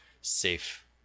safe